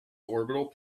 orbital